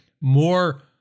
more